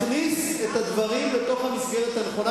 מכניס את הדברים לתוך המסגרת הנכונה,